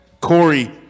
Corey